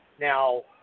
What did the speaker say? now